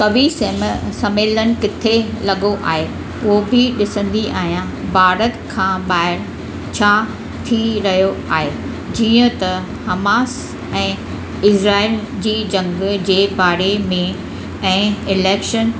कवि सम सम्मेलन किथे लॻो आहे उहो बि ॾिसंदी आहियां भारत खां ॿाहिरि छा थी रहियो आहे जीअं त हमास ऐं इज़राइल जी जंग जे बारे में ऐं इलेक्शन